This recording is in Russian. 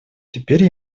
теперь